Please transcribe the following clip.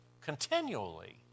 continually